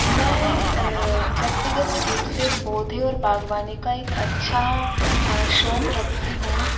मैं व्यक्तिगत रूप से पौधे और बाग़बानी का एक अच्छा शौक़ रखती हूँ